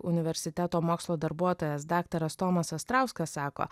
universiteto mokslo darbuotojas daktaras tomas astrauskas sako